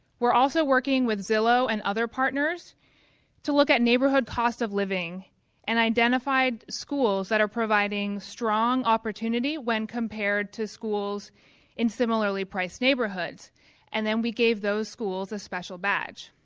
we're also working with zillow and other partners to look at neighborhood cost of living and identify schools that are providing strong opportunity when compared to schools in similarly priced neighborhoods and then we gave those schools a special badge.